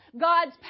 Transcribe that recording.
God's